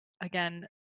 again